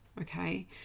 okay